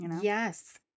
Yes